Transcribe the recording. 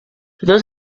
dos